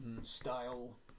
style